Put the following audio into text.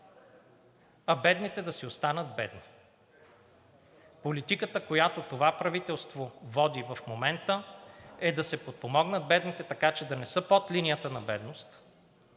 а бедните да си останат бедни. Политиката, която това правителство води в момента, е да се подпомогнат бедните, така че да не са под линията на бедност,